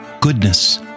goodness